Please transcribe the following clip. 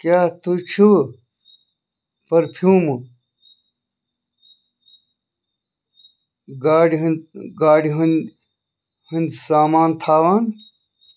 کیٛاہ تُہۍ چھُوٕ پٔرفیوٗمہٕ گاڑِ ہُنٛد گاڑِ ہُنٛدۍ ہٕنٛدۍ سامان تھاوان